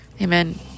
Amen